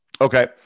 Okay